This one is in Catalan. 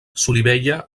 solivella